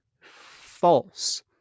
false